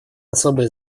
особое